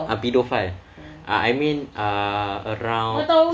ah paedophile I mean ah around